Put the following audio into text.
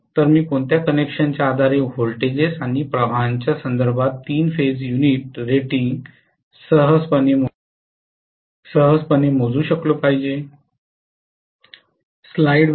तर मी कोणत्या कनेक्शनच्या आधारे वोल्टेजेस आणि प्रवाहांच्या संदर्भात तीन फेज युनिट रेटिंग सहजपणे मोजू शकलो पाहिजे